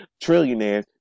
trillionaires